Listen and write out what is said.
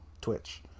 Twitch